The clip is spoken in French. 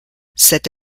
cette